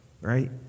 right